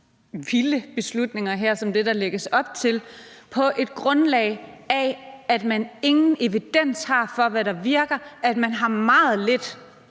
vilde beslutninger som det, der lægges op til, på det her grundlag. Man har ingen evidens for, hvad der virker, og man har meget lidt